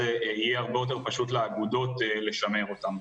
יהיה הרבה יותר פשוט לאגודות לשמר אותם.